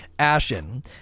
Ashen